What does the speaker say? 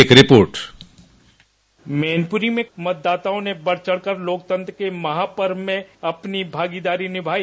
एक रिपोर्ट मैनपुरी में मतदाताओं ने बढचढ़ कर लोकतंत्र के महापर्व में अपनी भागीदारी निभाई